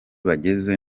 bageze